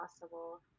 possible